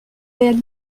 être